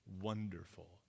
wonderful